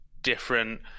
different